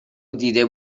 دیده